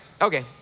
okay